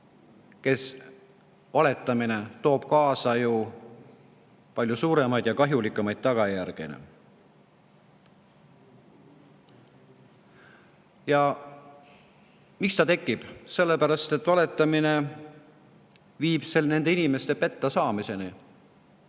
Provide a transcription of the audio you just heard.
valetamine toob kaasa palju suuremaid ja kahjulikumaid tagajärgi. Miks [nii juhtub]? Sellepärast, et valetamine viib nende inimeste pettasaamiseni.